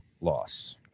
loss